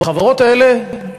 החברות האלה,